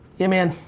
yeah man,